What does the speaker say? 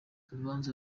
urubanza